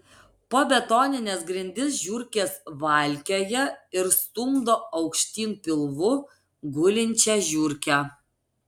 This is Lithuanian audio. po betonines grindis žiurkės valkioja ir stumdo aukštyn pilvu gulinčią žiurkę